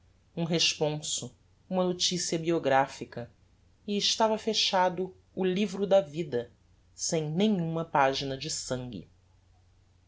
um responso uma noticia biographica e estava fechado o livro da vida sem nenhuma pagina de sangue